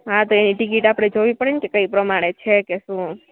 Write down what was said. હા તે એની ટિકિટ આપણે જોવી પડેને કે કઈ પ્રમાણે છે કે શું